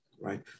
right